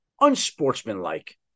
unsportsmanlike